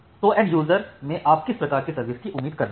तो end user से आप किस प्रकार की सर्विस की उम्मीद कर रहे हैं